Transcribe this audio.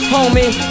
Homie